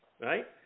Right